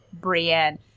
Brienne